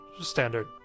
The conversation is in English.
standard